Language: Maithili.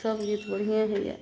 सब गीत बढ़िएँ होइए